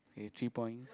okay three points